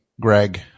Greg